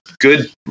good